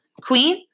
Queen